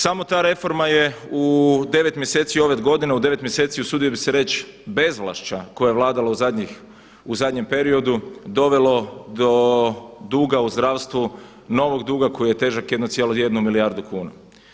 Samo ta reforma je u devet mjeseci ove godine, u devet mjeseci usudio bih se reći bezvlašća koje je vladalo u zadnjem periodu dovelo do duga u zdravstvu, novog duga koji je težak 1,1 milijardu kuna.